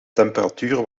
temperatuur